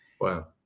wow